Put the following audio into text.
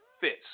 fits